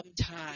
time